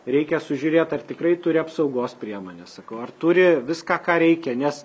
reikia sužiūrėt ar tikrai turi apsaugos priemones sakau ar turi viską ką reikia nes